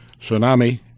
tsunami